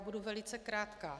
Budu velice krátká.